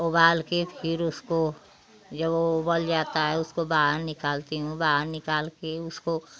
उबाल के फिर उसको जो उबलता उसको बाहर निकालती हूँ बाहर निकाल के उसको